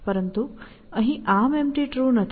પરંતુ અહીં ArmEmpty true નથી